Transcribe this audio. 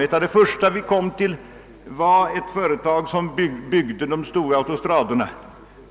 Ett av de första vi kom till var ett halvstatligt företag som byggde de stora autostradorna.